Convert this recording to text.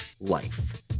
life